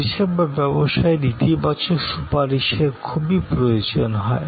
পরিষেবা ব্যবসায়ের ইতিবাচক সুপারিশের খুবই প্রয়োজন হয়